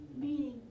Meaning